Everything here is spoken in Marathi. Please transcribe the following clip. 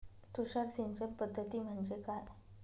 तुषार सिंचन पद्धती म्हणजे काय?